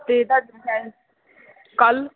ਅਤੇ ਕੱਲ੍ਹ